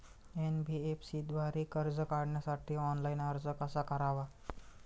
NBFC द्वारे कर्ज काढण्यासाठी ऑनलाइन अर्ज कसा करावा?